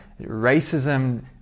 racism